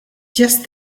just